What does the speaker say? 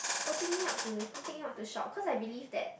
oh take me out to take me out to shop cause I believe that